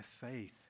faith